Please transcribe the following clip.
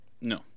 No